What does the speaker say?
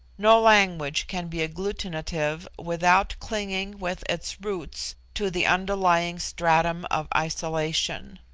no language can be agglutinative without clinging with its roots to the underlying stratum of isolation.